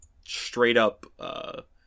straight-up